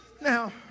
Now